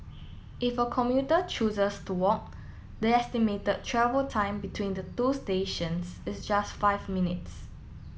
if a commuter chooses to won the estimated travel time between the two stations is just five minutes